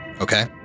Okay